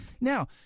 Now